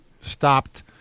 stopped